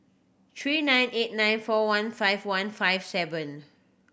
three nine eight nine four one five one five seven